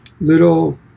little